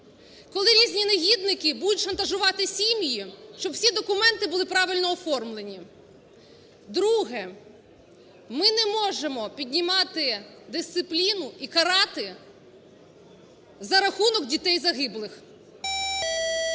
коли різні негідники будуть шантажувати сім'ї, щоб всі документи були правильно оформлені. Друге. Ми не можемо піднімати дисципліну і карати за рахунок дітей загиблих.